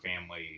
family